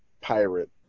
pirate